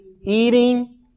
eating